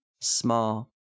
small